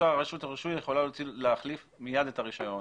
רשות הרישוי יכולה להחליף מיד את הרישיון.